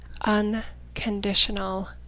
Unconditional